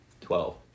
Twelve